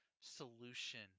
solution